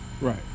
right